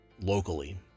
locally